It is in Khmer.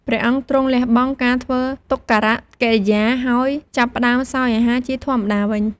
ព្រះអង្គទ្រង់លះបង់ការធ្វើទុក្ករកិរិយា ហើយចាប់ផ្តើមសោយអាហារជាធម្មតាវិញ។